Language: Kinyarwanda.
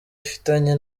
ifitanye